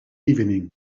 evening